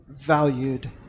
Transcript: valued